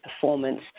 performance